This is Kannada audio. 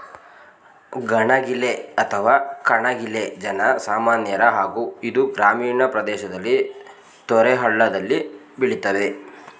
ಗಣಗಿಲೆ ಅಥವಾ ಕಣಗಿಲೆ ಜನ ಸಾಮಾನ್ಯರ ಹೂ ಇದು ಗ್ರಾಮೀಣ ಪ್ರದೇಶದಲ್ಲಿ ತೊರೆ ಹಳ್ಳದಲ್ಲಿ ಬೆಳಿತದೆ